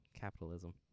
capitalism